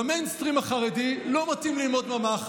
במיינסטרים החרדי לא מתאים ללמוד ממ"ח.